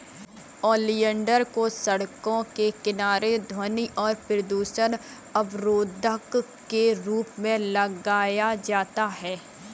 oleander को सड़कों के किनारे ध्वनि और प्रदूषण अवरोधक के रूप में लगाया जाता है